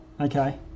Okay